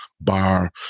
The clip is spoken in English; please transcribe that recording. bar